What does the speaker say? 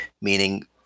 meaning